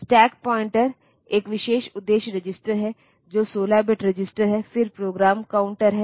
stack pointer एक विशेष उद्देश्य रजिस्टर है जो 16 बिट रजिस्टर है फिर प्रोग्राम काउंटर है